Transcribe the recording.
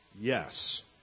Yes